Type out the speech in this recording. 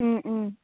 ꯎꯝ ꯎꯝ